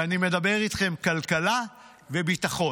ואני מדבר איתכם כלכלה וביטחון.